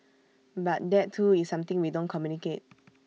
but that too is something we don't communicate